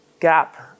gap